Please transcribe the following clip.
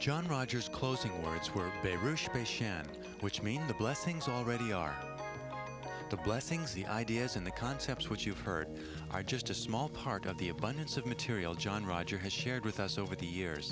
john rogers closing words where they worship a sham which means the blessings already are the blessings the ideas and the concepts which you've heard are just a small part of the abundance of material john roger has shared with us over the years